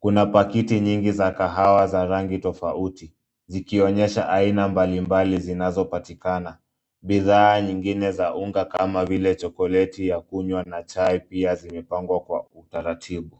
Kuna pakiti nyingi za kahawa za rangi tofauti zikionyesha aina mbalimbali zinazopatikana. Bidhaa nyingine za unga kama vile chokoleti ya kunywa na chai pia zimepangwa kwa utaratibu.